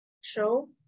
show